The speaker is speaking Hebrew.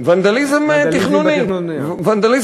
ונדליזם תכנוני.